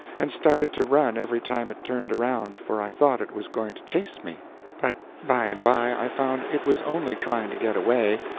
and started to run every time it turned around, for i thought it was going to chase me but by and by i found it was only trying to get away,